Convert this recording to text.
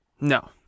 no